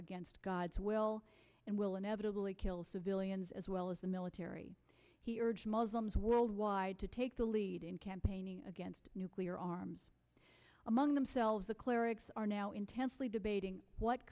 against god's will and will inevitably kill civilians as well as the military he urged muslims worldwide to take the lead in campaigning against nuclear arms among themselves the clerics are now intensely debating what